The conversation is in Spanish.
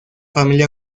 familia